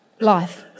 life